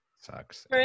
Sucks